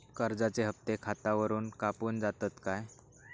कर्जाचे हप्ते खातावरून कापून जातत काय?